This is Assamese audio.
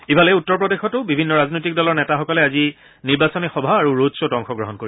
ইফালে উত্তৰ প্ৰদেশতো বিভিন্ন ৰাজনৈতিক দলৰ নেতাসকলে আজি নিৰ্বাচনী সভা আৰু ৰড শ্বত অংশগ্ৰহণ কৰিব